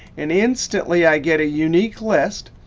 and instantly, i get a unique list.